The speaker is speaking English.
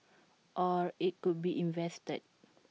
or IT could be invested